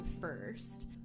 first